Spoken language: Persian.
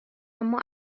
اما